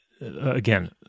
Again